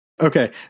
Okay